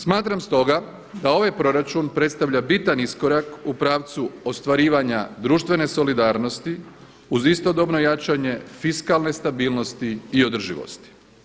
Smatram s toga da ovaj proračun predstavlja bitan iskorak u pravcu ostvarivanja društvene solidarnosti uz istodobno jačanje fiskalne stabilnosti i održivosti.